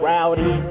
Rowdy